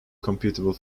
computable